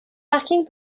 parking